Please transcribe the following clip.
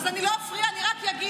אז באתי לשמוע אותם אחר